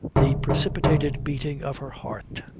the precipitated beating of her heart.